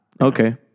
Okay